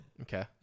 Okay